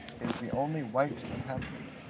is the only white inhabitant,